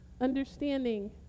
understanding